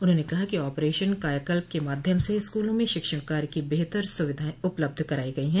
उन्होंने कहा कि ऑपरेशन कायाकल्प के माध्यम से स्कूलों में शिक्षण कार्य की बेहतर सुविधाएं उपलब्ध कराई गई है